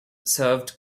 served